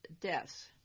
deaths